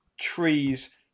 trees